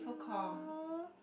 no